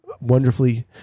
wonderfully